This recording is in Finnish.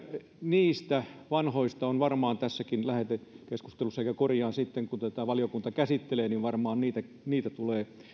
niistä vanhoista asioista on varmaan tässäkin lähetekeskustelussa puhe ehkä korjaan sitten kun tätä valiokunta käsittelee ja varmaan niitä tulee